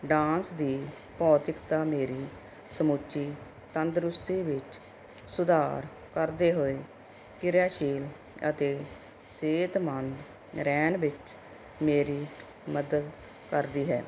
dance ਦੀ ਭੌਤਿਕਤਾ ਮੇਰੀ ਸਮੁੱਚੀ ਤੰਦਰੁਸਤੀ ਵਿੱਚ ਸੁਧਾਰ ਕਰਦੇ ਹੋਏ ਕਿਰਿਆਸ਼ੀਲ ਅਤੇ ਸਿਹਤਮੰਦ ਰਹਿਣ ਵਿੱਚ ਮੇਰੀ ਮਦਦ ਕਰਦੀ ਹੈ